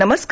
नमस्कार